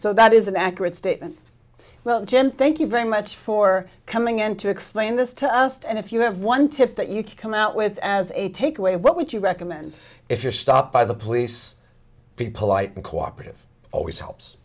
so that is an accurate statement well jim thank you very much for coming in to explain this to us and if you have one tip that you could come out with as a takeaway what would you recommend if you're stopped by the police be polite and cooperative always h